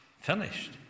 finished